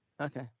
Okay